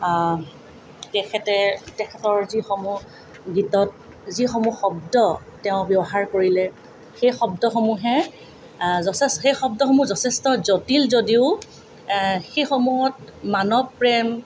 তেখেতে তেখেতৰ যিসমূহ গীতত যিসমূহ শব্দ তেওঁ ব্যৱহাৰ কৰিলে সেই শব্দসমূহে যথেষ্ট সেই শব্দসমূহ যথেষ্ট জটিল যদিও সেইসমূহত মানৱ প্ৰেম